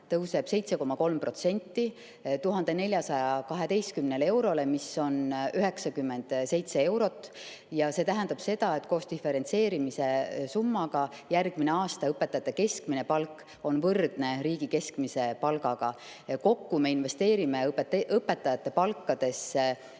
tõuseb 7,3%: 1412 euroni. Lisandub 97 eurot ja see tähendab seda, et koos diferentseerimise summaga järgmine aasta õpetajate keskmine palk on võrdne riigi keskmise palgaga. Kokku me investeerime õpetajate palkadesse